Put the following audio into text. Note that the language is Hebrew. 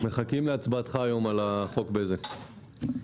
מחכים להצבעתך היום על חוק בזק.